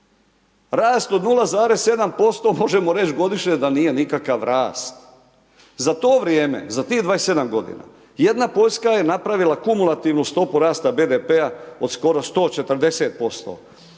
Rast od 0,7% možemo reći godišnje, da nije nikakav rast. Za to vrijeme, za tih 27 g. jedna Poljska je napravila kumulativnu stopu rasta BDP-a od skoro 140%,